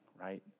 right